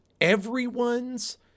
everyone's